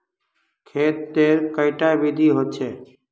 खेत तेर कैडा विधि होचे?